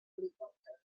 helicòpter